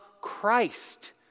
Christ